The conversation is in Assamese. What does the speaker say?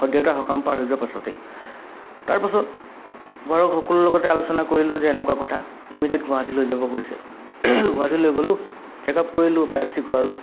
সদ্য দেউতাৰ সকাম পাৰ হৈ যোৱাৰ পাছতেই তাৰপাছত ঘৰৰ সকলোৰ লগতে আলোচনা কৰিলোঁ যে এনেকুৱা কথা ইমিডিয়েট গুৱাহাটী লৈ যাব কৈছে গুৱাহাটী লৈ গ'লোঁ চেক আপ কৰিলোঁ বাইএফচি কৰালোঁ